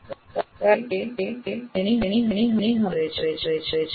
કારણ કે તે અથવા તેણી હંમેશાં કરે છે